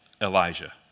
Elijah